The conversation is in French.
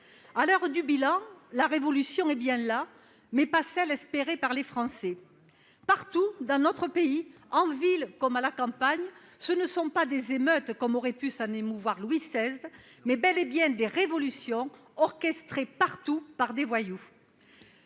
À l'heure du bilan, la « révolution » est bien là, mais ce n'est pas celle que les Français espéraient ! Partout dans notre pays, en ville comme à la campagne, ce sont, non pas des émeutes comme aurait pu s'en émouvoir Louis XVI, mais bel et bien des révolutions orchestrées par des voyous.